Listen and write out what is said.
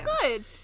good